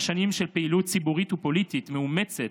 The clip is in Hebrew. שנים של פעילות ציבורית ופוליטית מאומצת